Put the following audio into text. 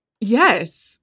Yes